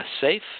safe